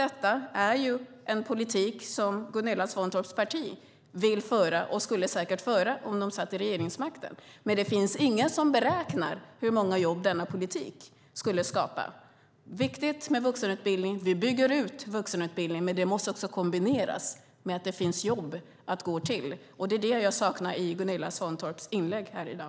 Det är en politik som Gunilla Svantorps parti vill föra och säkert skulle föra om de hade regeringsmakten. Men det finns ingen som räknar ut hur många jobb den politiken skulle skapa. Det är viktigt med vuxenutbildning. Vi bygger ut vuxenutbildningen, men den måste kombineras med att det finns jobb att gå till. Det är det jag saknar i Gunilla Svantorps inlägg i dag.